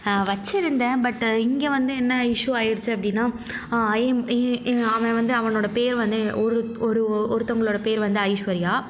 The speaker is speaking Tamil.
வச்சுருந்தேன் பட் இங்கே வந்து என்ன இஸ்யூ ஆகிடுச்சி அப்படின்னா அவன் வந்து அவனோட பேர் வந்து ஒரு ஒரு ஒருத்தவங்களோட பேர் வந்து ஐஸ்வர்யா